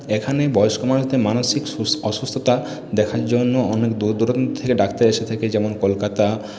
এখানে বয়স্ক মানুষদের মানসিক অসুস্থতা দেখার জন্য অনেক দূর দুরান্ত থেকে ডাক্তার এসে থাকে যেমন কলকাতা